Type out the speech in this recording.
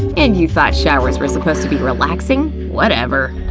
and you thought showers were supposed to be relaxing? whatever.